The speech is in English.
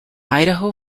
idaho